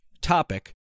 topic